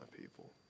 people